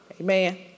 Amen